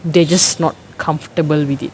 they're just not comfortable with it